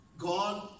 God